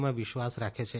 માં વિશ્વાસ રાખે છે